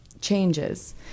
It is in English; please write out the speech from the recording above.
changes